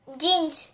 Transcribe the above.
jeans